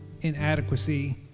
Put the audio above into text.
inadequacy